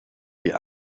die